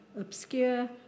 obscure